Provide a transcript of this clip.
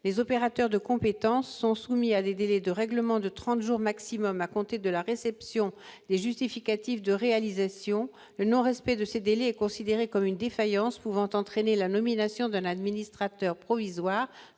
Les opérateurs de compétences sont soumis à des délais de règlements de trente jours maximum à compter de la réception des justificatifs de réalisation, le non-respect de ces délais étant considéré comme une défaillance pouvant entrainer la nomination d'un administrateur provisoire